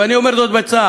ואני אומר זאת בצער: